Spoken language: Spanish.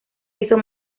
hizo